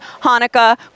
Hanukkah